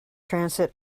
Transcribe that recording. transit